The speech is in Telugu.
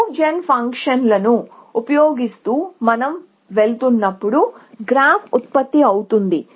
మూవ్ జెన్ ఫంక్షన్ను ఉపయోగిస్తూ మనం వెళుతున్నప్పుడు గ్రాఫ్ ఉత్పత్తి అవుతుంది